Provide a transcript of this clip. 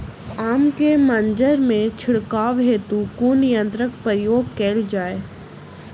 आम केँ मंजर मे छिड़काव हेतु कुन यंत्रक प्रयोग कैल जाय?